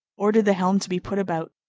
ordered the helm to be put about,